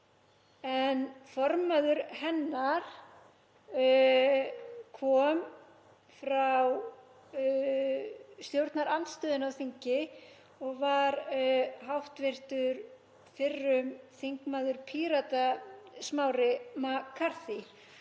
en formaður hennar kom frá stjórnarandstöðunni á þingi og var hv. fyrrum þingmaður Pírata, Smári McCarthy.